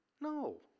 No